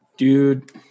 Dude